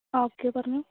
okay പറഞ്ഞോ